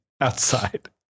outside